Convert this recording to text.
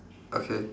okay